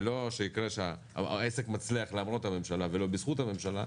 ולא שיקרה שהעסק מצליח למרות הממשלה אלא בזכות הממשלה,